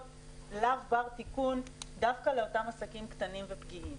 לא בר תיקון דווקא לאותם עסקים קטנים ופגיעים.